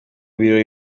birori